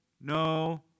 no